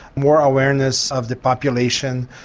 more awareness of the population,